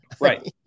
Right